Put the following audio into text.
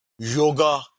yoga